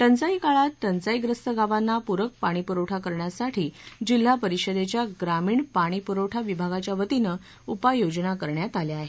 टंचाई काळात टंचाईग्रस्त गावांना प्रक पाणी पुरवठा करण्यासाठी जिल्हा परिषदेच्या ग्रामीण पाणी पुरवठा विभागाच्या वतीने उपाययोजना करण्यात आल्या आहेत